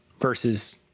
versus